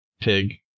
pig